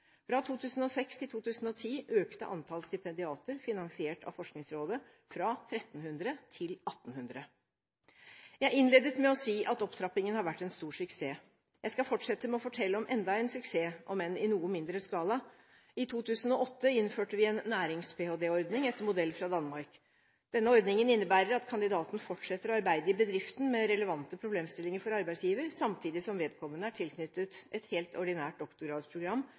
Fra 2006 til 2010 økte antall stipendiater finansiert av Forskningsrådet fra 1 300 til 1 800. Jeg innledet med å si at opptrappingen har vært en stor suksess. Jeg skal fortsette med å fortelle om enda en suksess, om enn i noe mindre skala: I 2008 innførte vi en nærings-ph.d.-ordning etter modell fra Danmark. Denne ordningen innebærer at kandidaten fortsetter å arbeide i bedriften med relevante problemstillinger for arbeidsgiver, samtidig som vedkommende er tilknyttet et helt ordinært doktorgradsprogram